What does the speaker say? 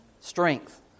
strength